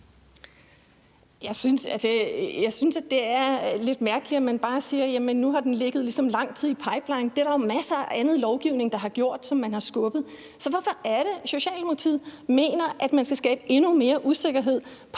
Jeg synes, det er lidt mærkeligt, at man bare siger, at nu har den ligesom ligget lang tid i pipeline. Det er der jo masser af anden lovgivning der har gjort, og som man har skubbet. Så hvorfor er det, Socialdemokratiet mener, at man skal skabe endnu mere usikkerhed på